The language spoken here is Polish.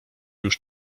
już